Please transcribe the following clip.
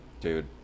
dude